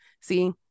See